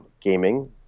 gaming